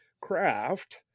craft